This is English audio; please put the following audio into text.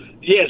Yes